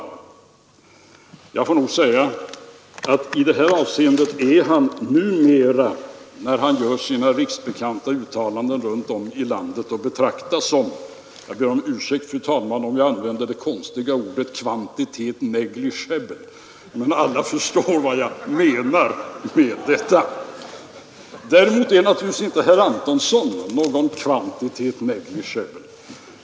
Men jag får nog säga att i det här avseendet betraktas hans riksbekanta uttalanden runt om i landet som quantité negligeable — jag ber om ursäkt, fru talman, för att jag använder ett så konstigt ord, men alla förstår nog vad jag menar med det. Däremot kan man inte betrakta herr Antonssons uttalanden som quantité negligeable.